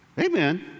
Amen